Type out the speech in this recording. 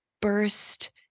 burst